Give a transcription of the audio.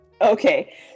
Okay